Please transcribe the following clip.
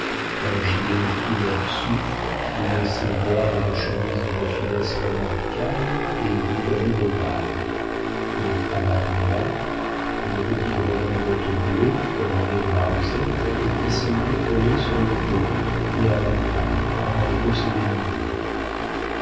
un gilet couleur soufre qui laissait voir une chemise d'une finesse remarquable et boutonnée d'opales une cravate noire une petite redingote bleue ornée de la rosette et qui semblait collée sur le dos et à la taille par un procédé nouveau